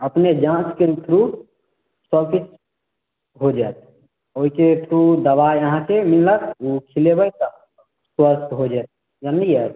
अपने जाँचके थ्रू सब किछु हो जाएत ओहिके थ्रू दबाइ अहाँके मिलत लेबै तऽ स्वस्थ हो जतै जनलियै